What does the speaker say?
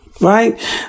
right